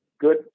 good